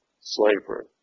slavery